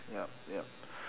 yup yup